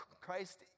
Christ